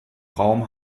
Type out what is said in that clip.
raum